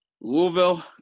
Louisville